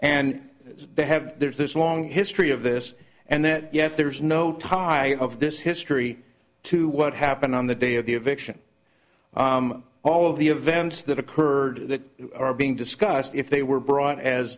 and they have there's this long history of this and that yes there's no tie of this history to what happened on the day of the eviction all of the events that occurred that are being discussed if they were br